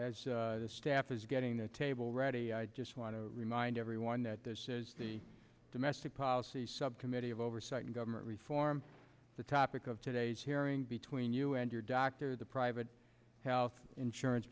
forward the staff is getting the table ready i just want to remind everyone that this is the domestic policy subcommittee of oversight and government reform the topic of today's hearing between you and your doctor the private health insurance